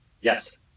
yes